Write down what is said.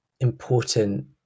important